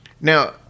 Now